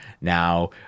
Now